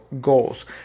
goals